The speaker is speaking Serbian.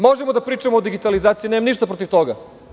Možemo da pričamo o digitalizaciji, nemam ništa protiv toga.